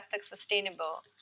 sustainable